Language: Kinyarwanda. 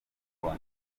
congo